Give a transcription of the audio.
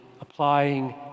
applying